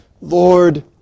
Lord